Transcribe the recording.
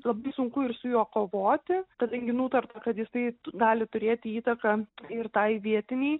labai sunku ir su juo kovoti kadangi nutarta kad jisai gali turėti įtaką ir tai vietinei